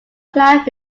planned